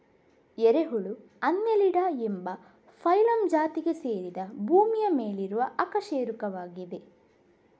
ಎರೆಹುಳು ಅನ್ನೆಲಿಡಾ ಎಂಬ ಫೈಲಮ್ ಜಾತಿಗೆ ಸೇರಿದ ಭೂಮಿಯ ಮೇಲಿರುವ ಅಕಶೇರುಕವಾಗಿದೆ